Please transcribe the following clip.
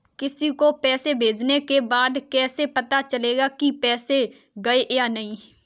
किसी को पैसे भेजने के बाद कैसे पता चलेगा कि पैसे गए या नहीं?